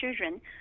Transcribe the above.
children